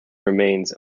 remains